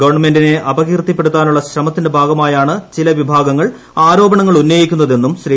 ഗവൺമെന്റിനെ അപകീർത്തിപ്പെടുത്താനുള്ള ശ്രമത്തിന്റെ ഭാഗമായാണ് ചില വിഭാഗങ്ങൾ ആരോപണങ്ങൾ ഉന്നയിക്കുന്നതെന്നും ശ്രീ